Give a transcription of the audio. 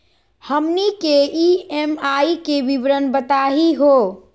हमनी के ई.एम.आई के विवरण बताही हो?